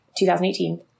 2018